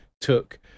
took